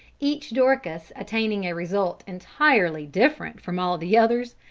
each dorcas attaining a result entirely different from all the others,